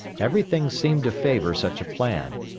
everything seemed to favor such a plan.